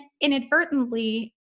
inadvertently